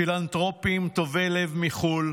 פילנתרופים טובי לב מחו"ל